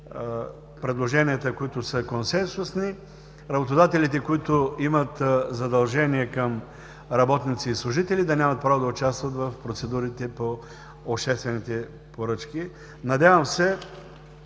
предложенията, които са консенсусни. Работодателите, които имат задължения към работници и служители, да нямат право да участват в процедурите по обществените поръчки. Надявам се